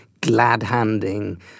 glad-handing